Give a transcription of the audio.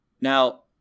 Now